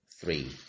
three